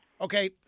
Okay